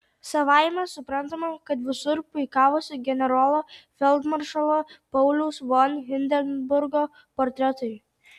savaime suprantama kad visur puikavosi generolo feldmaršalo pauliaus von hindenburgo portretai